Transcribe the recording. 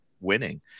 winning